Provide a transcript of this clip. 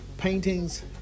paintings